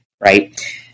right